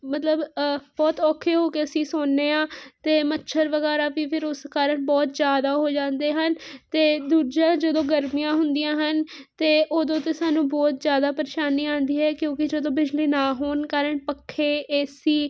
ਮਤਲਬ ਬਹੁਤ ਔਖੇ ਹੋ ਕੇ ਅਸੀਂ ਸੋਂਦੇ ਹਾਂ ਅਤੇ ਮੱਛਰ ਵਗੈਰਾ ਵੀ ਫਿਰ ਉਸ ਕਾਰਨ ਬਹੁਤ ਜ਼ਿਆਦਾ ਹੋ ਜਾਂਦੇ ਹਨ ਅਤੇ ਦੂਜਾ ਜਦੋਂ ਗਰਮੀਆਂ ਹੁੰਦੀਆਂ ਹਨ ਤਾਂ ਉਦੋਂ ਤਾਂ ਸਾਨੂੰ ਬਹੁਤ ਜ਼ਿਆਦਾ ਪ੍ਰੇਸ਼ਾਨੀ ਆਉਂਦੀ ਹੈ ਕਿਉਂਕਿ ਜਦੋਂ ਬਿਜਲੀ ਨਾ ਹੋਣ ਕਾਰਨ ਪੱਖੇ ਏ ਸੀ